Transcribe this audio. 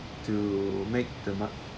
to make the mark